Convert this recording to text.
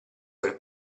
per